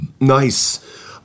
Nice